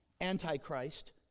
Antichrist